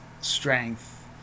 strength